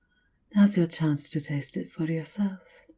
now's your chance to taste it for yourself.